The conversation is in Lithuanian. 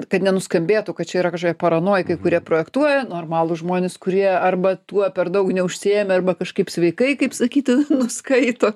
kad nenuskambėtų kad čia yra kažkokia paranoja kai kurie projektuoja normalūs žmonės kurie arba tuo perdaug neužsiėmę arba kažkaip sveikai kaip sakyti nuskaito